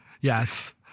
yes